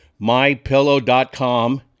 mypillow.com